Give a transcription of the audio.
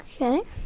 Okay